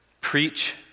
Preach